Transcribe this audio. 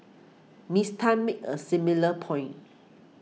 Miss Tan made a similar point